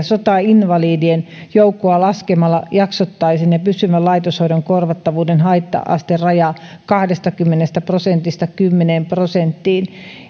sotainvalidien joukkoa laskemalla jaksottaisen ja pysyvän laitoshoidon korvattavuuden haitta asteraja kahdestakymmenestä prosentista kymmeneen prosenttiin